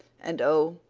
and oh!